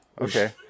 Okay